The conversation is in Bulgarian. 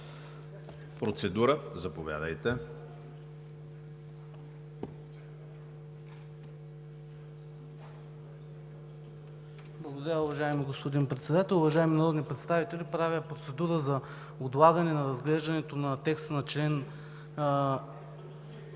Процедура – заповядайте,